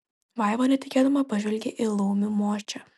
vaiva netikėdama pažvelgė į laumių močią